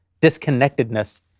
disconnectedness